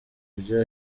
ibyo